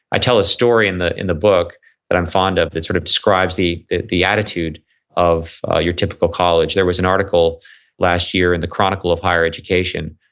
i tell a story in the in the book that i'm fond of that sort of describes the the attitude of your typical college. there was an article last year in the chronicle of higher education,